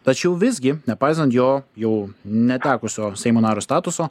tačiau visgi nepaisant jo jau netekusio seimo nario statuso